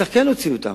צריך להוציא אותם.